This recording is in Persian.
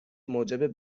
موجب